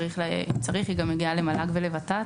ואם צריך, היא גם מגיעה למל"ג ול-ות"ת.